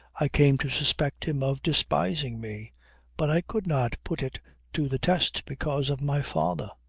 i came to suspect him of despising me but i could not put it to the test because of my father.